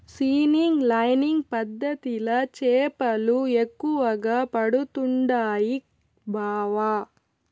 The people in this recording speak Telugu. సీనింగ్ లైనింగ్ పద్ధతిల చేపలు ఎక్కువగా పడుతండాయి బావ